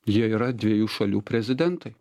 jie yra dviejų šalių prezidentai